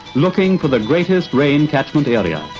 looking for the greatest rain catchment area,